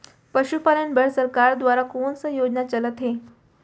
पशुपालन बर सरकार दुवारा कोन स योजना चलत हे?